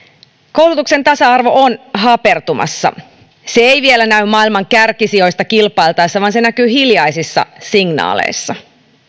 koulutuksen tasa arvo on hapertumassa se ei vielä näy maailman kärkisijoista kilpailtaessa vaan se näkyy hiljaisissa signaaleissa